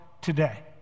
today